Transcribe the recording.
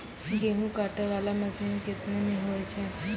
गेहूँ काटै वाला मसीन केतना मे होय छै?